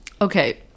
Okay